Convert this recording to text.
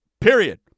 Period